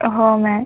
हो मॅ